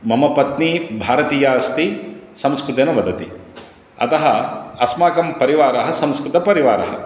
मम पत्नी भारतीया अस्ति संस्कृतेन वदति अतः अस्माकं परिवारः संस्कृतपरिवारः